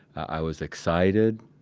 i was excited